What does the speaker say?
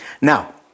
Now